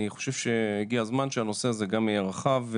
אני חושב שהגיע הזמן שגם הנושא הזה יהיה רחב,